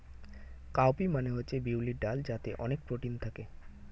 cow P মানে হচ্ছে বিউলির ডাল যাতে অনেক প্রোটিন থাকে